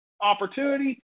opportunity